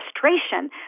frustration